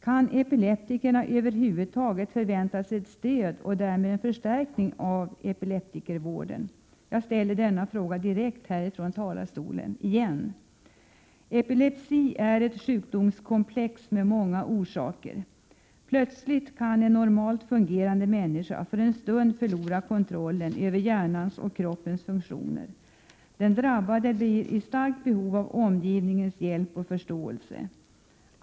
Kan epileptikerna över huvud taget förvänta sig ett stöd och därmed en förstärkning för epileptikervården? Jag ställer denna fråga direkt härifrån talarstolen. Epilepsi är ett sjukdomskomplex med många orsaker. Plötsligt kan en normalt fungerande människa för en stund förlora kontrollen över hjärnans och kroppens funktioner. Den drabbade blir i starkt behov av omgivningens hjälp och förståelse.